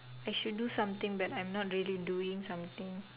I should do something but I'm not really doing something